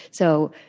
so,